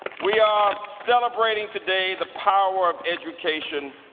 we are celebrating today the power of education,